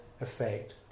effect